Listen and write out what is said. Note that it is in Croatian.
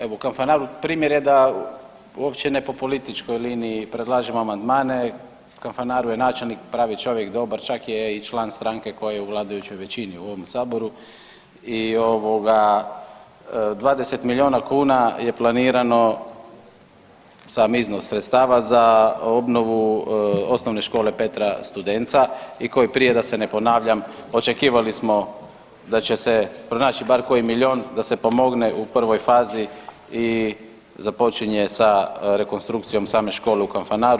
Evo u Kanfanaru primjer je da uopće ne po političkoj liniji predlažem amandmane, u Kanfanaru je načelnik pravi čovjek, dobar čak je i član stranke koja u vladajućoj većini u ovom saboru i ovoga 20 miliona kuna je planirano, sam iznos sredstava za obnovu Osnovne škole Petra Studenca i ko i prije da se ne ponavljam očekivali smo da će se pronaći bar koji milion da se pomogne u prvoj fazi i započinje sa rekonstrukcijom same škole u Kanfanaru.